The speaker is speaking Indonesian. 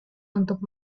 untuk